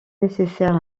nécessaire